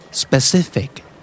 Specific